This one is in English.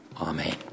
Amen